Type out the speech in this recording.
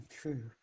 True